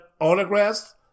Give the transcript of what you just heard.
autographs